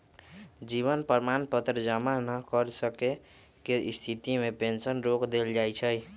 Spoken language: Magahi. जीवन प्रमाण पत्र जमा न कर सक्केँ के स्थिति में पेंशन रोक देल जाइ छइ